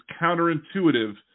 counterintuitive